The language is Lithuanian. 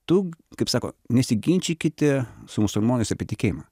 tu kaip sako nesiginčykite su musulmonais apie tikėjimą